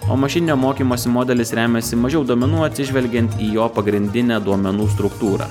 o mašininio mokymosi modelis remiasi mažiau duomenų atsižvelgiant į jo pagrindinę duomenų struktūrą